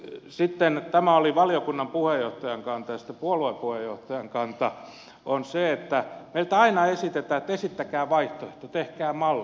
tämä oli valiokunnan puheenjohtajan kanta ja sitten puolueen puheenjohtajan kanta on se että meille aina esitetään että esittäkää vaihtoehto tehkää malli